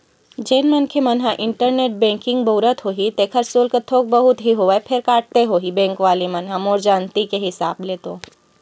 जेन मनखे मन ह इंटरनेट बेंकिग बउरत होही तेखर सुल्क थोक बहुत ही होवय फेर काटथे होही बेंक वले मन ह मोर जानती के हिसाब ले तो